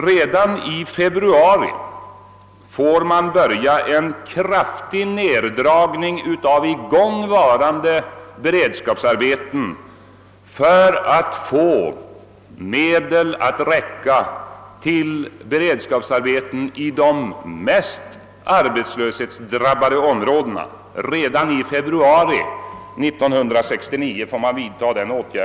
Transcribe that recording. Redan i februari i år måste det bli en kraftig reducering av de i gång varande beredskapsarbetena för att medlen skall räcka till sådana arbeten i de mest arbetslöshetsdrabbade områdena.